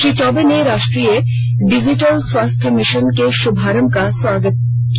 श्री चौबे ने राष्ट्रीय डिजिटल स्वास्थ्य मिशन के शुभारंभ का स्वागत किया